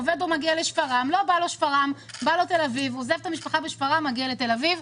עובד מגיע לשפרעם ולא מתאים לו אז הוא עובר לתל אביב.